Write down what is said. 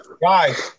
Guys